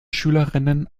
schülerinnen